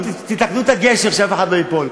חכמים, תתקנו את הגשר, שאף אחד לא ייפול.